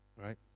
Right